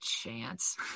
chance